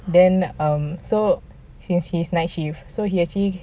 then um so since he's night shift so he can actually